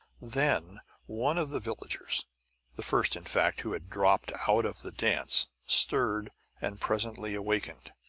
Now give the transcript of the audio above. then one of the villagers the first, in fact, who had dropped out of the dance stirred and presently awakened.